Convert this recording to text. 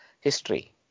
history